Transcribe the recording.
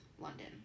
London